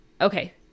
okay